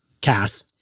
Kath